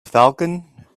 falcon